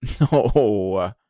no